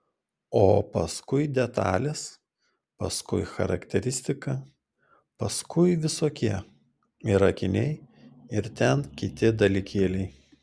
o paskui detalės paskui charakteristika paskui visokie ir akiniai ir ten kiti dalykėliai